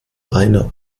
einer